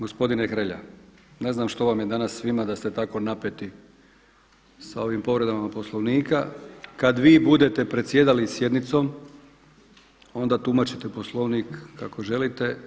Gospodine Hrelja, ne znam što vam je danas svima da ste tako napeti sa ovim povredama Poslovnika, kada vi budete predsjedali sjednicu onda tumačite Poslovnik kako želite.